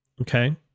okay